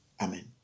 Amen